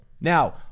now